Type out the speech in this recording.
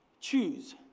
choose